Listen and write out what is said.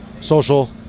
Social